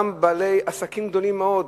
גם בעלי עסקים גדולים מאוד,